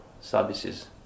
services